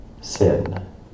sin